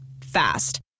Fast